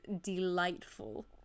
delightful